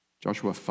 Joshua